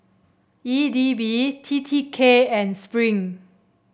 E D B T T K and Spring